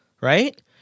right